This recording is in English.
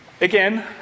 again